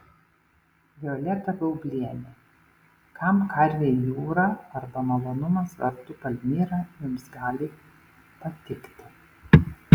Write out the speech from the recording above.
violeta baublienė kam karvei jūra arba malonumas vardu palmira jums gali patikti